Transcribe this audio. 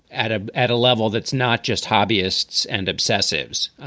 at a at a level that's not just hobbyists and obsessives.